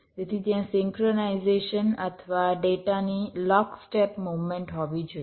તેથી ત્યાં સિંક્રનાઇઝેશન અથવા ડેટાની લોક સ્ટેપ મૂવમેન્ટ હોવી જોઈએ